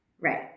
right